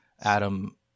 Adam